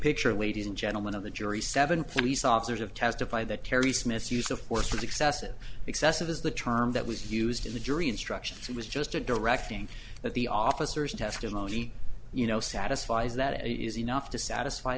picture ladies and gentlemen of the jury seven police officers have testified that terry smith's use of force was excessive excessive is the term that was used in the jury instructions he was just a directing that the officers testimony you know satisfies that it is enough to satisfy